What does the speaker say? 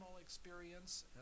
experience